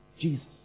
Jesus